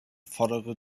fordere